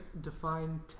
define